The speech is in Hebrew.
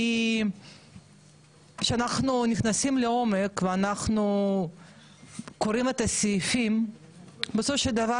כי כשאנחנו נכנסים לעומק ואנחנו קוראים את הסעיפים בסופו של דבר